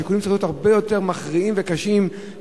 השיקולים צריכים להיות הרבה יותר מכריעים וקשים כדי